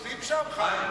יש לך אחוזים שם, חיים?